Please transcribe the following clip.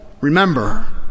remember